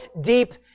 deep